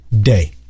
day